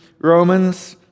Romans